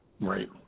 Right